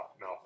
no